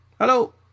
Hello